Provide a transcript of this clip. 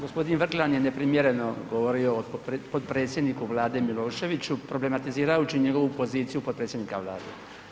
G. Vrkljan je neprimjereno govorio o potpredsjedniku Vlade Miloševiću problematizirajući njegovu poziciju potpredsjednika Vlade.